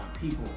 people